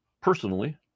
personally